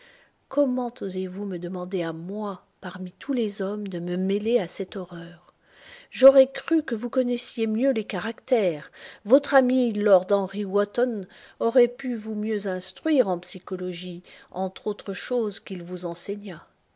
comment osez-vous me demander à moi parmi tous les hommes de me mêler à cette horreur j'aurais cru que vous connaissiez mieux les caractères votre ami lord henry wotton aurait pu vous mieux instruire en psychologie entre autres choses qu'il vous